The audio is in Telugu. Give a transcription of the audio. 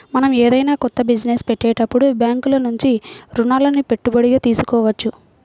మనం ఏదైనా కొత్త బిజినెస్ పెట్టేటప్పుడు బ్యేంకుల నుంచి రుణాలని పెట్టుబడిగా తీసుకోవచ్చు